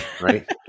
right